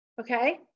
okay